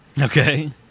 Okay